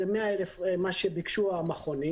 המכונים ביקשו